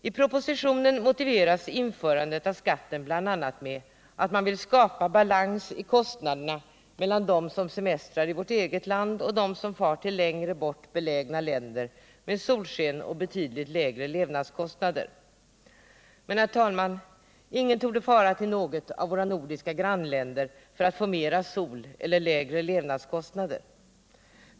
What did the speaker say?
I propositionen motiveras införandet av skatten bl.a. med att man vill skapa balans i kostnaderna mellan dem som semestrar i vårt eget land och dem som far till längre bort belägna länder med solsken och betydligt lägre levnadskostnader. Men, herr talman, ingen torde fara till något av våra nordiska grannländer för att få mera sol eller lägre levnadskostnader.